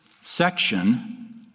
section